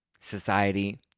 society